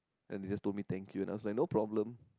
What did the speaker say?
and he just told me thank you I was like no problem